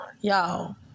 Y'all